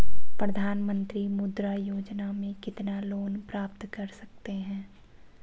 प्रधानमंत्री मुद्रा योजना में कितना लोंन प्राप्त कर सकते हैं?